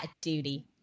Duty